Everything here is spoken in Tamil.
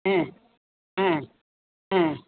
ம் ம் ம்